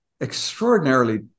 extraordinarily